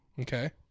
Okay